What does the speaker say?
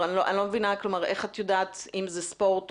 אני לא מבינה איך את יודעת אם זה ספורט,